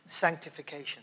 sanctification